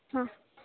ಹಾಂ